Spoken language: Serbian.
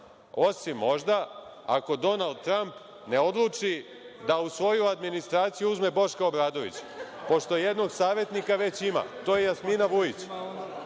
osim možda ako Donald Tramp ne odluči da u svoju administraciju uzme Boška Obradovića, pošto jednog savetnika već ima, to je Jasmina Vujić.